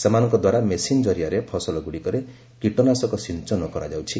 ସେମାନଙ୍କଦ୍ୱାରା machine କରିଆରେ ଫସଲଗୁଡ଼ିକରେ କୀଟନାଶକ ସିଞ୍ଚନ କରାଯାଉଛି